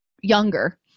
younger